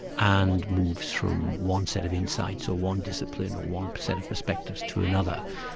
and moves from one set of insights, or one discipline or one set of perspectives to another.